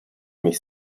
mich